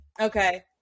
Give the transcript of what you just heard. Okay